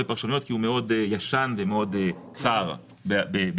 פרשנויות כי הוא מאוד ישן ומאוד צר בקריאתו.